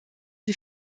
die